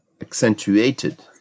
accentuated